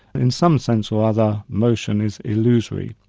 in some sense or other, motion is illusory.